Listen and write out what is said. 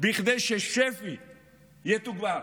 כדי ששפ"י יתוגבר?